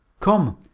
come,